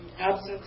absence